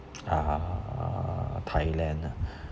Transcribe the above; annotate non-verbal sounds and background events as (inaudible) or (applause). (noise) uh thailand ah (breath)